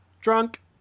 Drunk